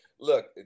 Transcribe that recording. Look